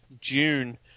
June